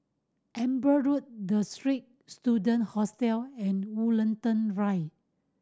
Amber Road The Straits Student Hostel and Woollerton Drive